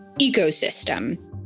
ecosystem